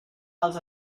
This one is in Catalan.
els